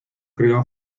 creó